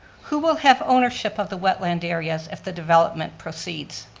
who will have ownership of the wetland areas if the development proceeds?